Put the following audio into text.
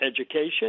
education